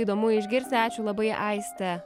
įdomu išgirsti ačiū labai aiste